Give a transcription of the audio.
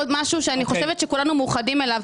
עוד משהו שאני חושבת שכולנו מאוחדים אליו.